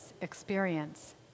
experience